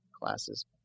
classes